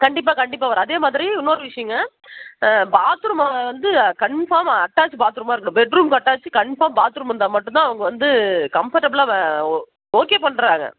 கண்டிப்பாக கண்டிப்பாக வரும் அதேமாதிரி இன்னோரு விஷயங்கள் பாத்ரூம் வந்து கன்ஃபார்ம் அட்டாச் பாத்ரூமாக இருக்கணும் பெட்ரூமுக்கு அட்டாச் கன்ஃபார்ம் பாத்ரூம் இருந்தால் மட்டும்தான் அவங்க வந்து கம்ஃபர்டபுளா வ ஓ ஓகே பண்ணுறாங்க